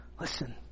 Listen